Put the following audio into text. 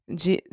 de